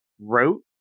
wrote